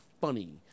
funny